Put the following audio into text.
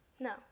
No